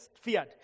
feared